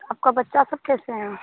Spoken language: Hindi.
आपका बच्चा सब कैसे हैं